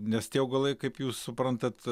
nes tie augalai kaip jūs suprantat